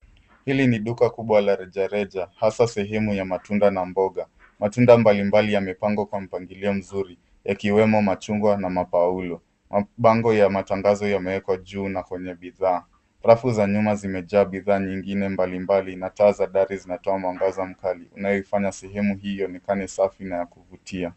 Hili ni duka kubwa la rejareja hasa sehemu ya matunda na mboga. Matunda mbalimbali yamepangwa kwa mpangilio mzuri yakiwemo machungwa na mapaulo. Mabango ya matangazo yamewekwa juu na kwenye bidhaa. Rafu za nyuma zimejaa bidhaa nyingine mbalimbali na taa za dari zinatoa mwangaza mkali, unayoifanya sehemu hii ionekana safi na ya kuvutia.